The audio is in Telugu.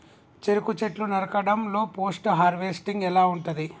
చెరుకు చెట్లు నరకడం లో పోస్ట్ హార్వెస్టింగ్ ఎలా ఉంటది?